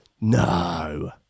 No